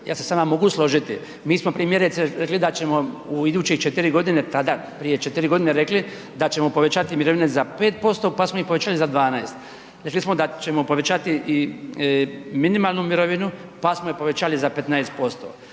ja se s vama mogu složiti, mi smo primjerice rekli da ćemo u idućih 4.g. tada, prije 4.g. rekli da ćemo povećati mirovine za 5%, pa smo ih povećali za 12. Rekli smo da ćemo povećati i minimalnu mirovinu, pa smo je povećali za 15%.